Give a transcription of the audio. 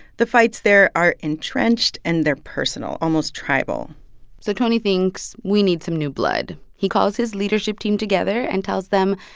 the fights there are entrenched, and they're personal, almost tribal so tony thinks, we need some new blood. he calls his leadership team together and tells them,